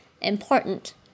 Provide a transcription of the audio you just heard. important